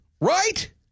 right